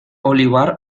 olivar